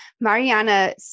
Mariana